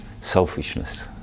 selfishness